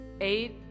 Eight